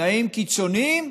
תנאים קיצוניים,